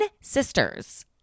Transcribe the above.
sisters